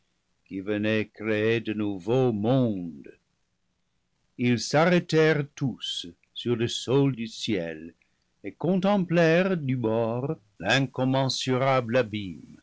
qui venait créer de nouveaux mondes ils s'arrêtèrent tous sur le sol du ciel et contemplèrent du bord l'incommensurable